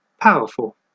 powerful